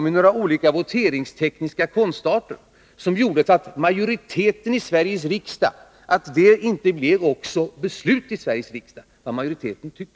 grund av några voteringstekniska konststycken, som gjorde att vad majoriteten i Sveriges riksdag tycker inte också blev Sveriges riksdags beslut.